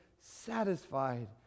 satisfied